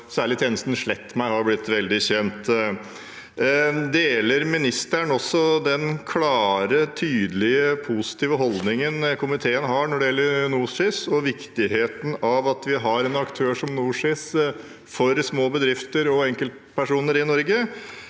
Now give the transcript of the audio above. Særlig tjenesten slettmeg.no har blitt veldig kjent. Deler ministeren også den klare, tydelige og positive holdningen komiteen har når det gjelder NorSIS, og viktigheten av at vi har en aktør som dem for små bedrifter og enkeltpersoner i Norge?